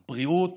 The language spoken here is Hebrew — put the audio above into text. בריאות,